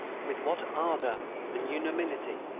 with what ardour and unanimity,